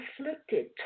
afflicted